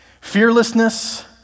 fearlessness